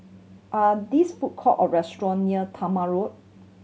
are this food court or restaurant near Talma Road